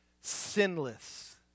Sinless